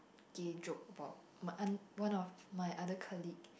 gay joke about my an one of my other colleague